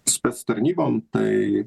spec tarnybom tai